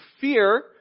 fear